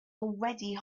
already